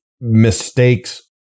mistakes